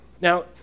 Now